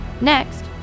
Next